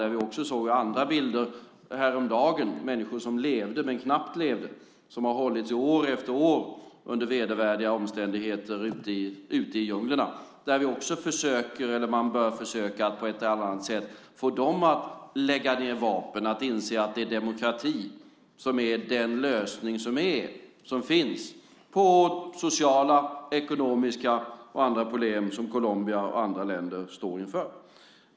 Häromdagen såg vi bilder på människor som knappt levde, människor som har hållits år efter år under vedervärdiga omständigheter ute i djunglerna. Man bör försöka att på ett eller annat sätt få dem att lägga ned vapnen, att inse att det är demokrati som är lösningen på de sociala, ekonomiska och andra problem som Colombia och andra länder står inför.